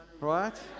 Right